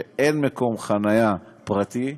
שאין בהם מקום חניה פרטי,